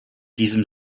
diesem